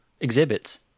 exhibits